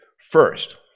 first